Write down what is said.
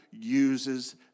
uses